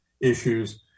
issues